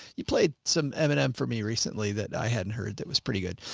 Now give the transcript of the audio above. you played some m and m for me recently that i hadn't heard. that was pretty good.